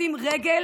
לשים רגל